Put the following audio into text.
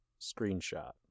Screenshot